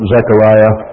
Zechariah